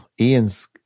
Ian's